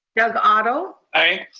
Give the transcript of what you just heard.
doug otto? aye.